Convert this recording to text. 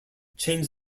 changed